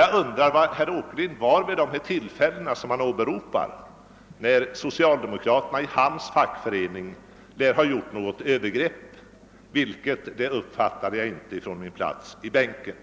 Jag undrar var herr Åkerlind var vid de tillfällen som han åberopat då socialdemokraterna i hans fackförening lär ha gjort något övergrepp. Vilket detta övergrepp var uppfattade jag inte från min plats i bänken.